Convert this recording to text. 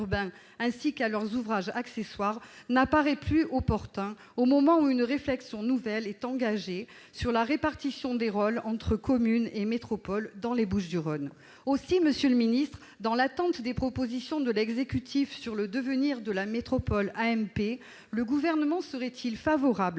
ainsi qu'à leurs ouvrages accessoires » n'apparaît plus opportun au moment où une réflexion nouvelle est engagée sur la répartition des rôles entre communes et métropole dans les Bouches-du-Rhône. Aussi, monsieur le ministre, dans l'attente des propositions de l'exécutif sur le devenir de la métropole AMP, le Gouvernement serait-il favorable